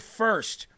first